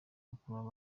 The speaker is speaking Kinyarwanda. mukuru